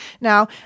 Now